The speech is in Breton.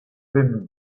pep